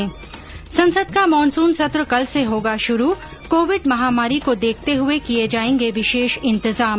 ्र संसद का मानसून सत्र कल से होगा शुरू कोविड महामारी को देखते हुये किये जायेंगे विशेष इतजाम